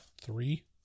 Three